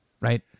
Right